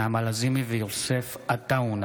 אוהד טל,